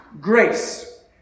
grace